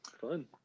Fun